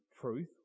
truth